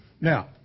Now